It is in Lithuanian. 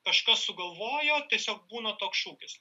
kažkas sugalvojo tiesiog būna toks šūkis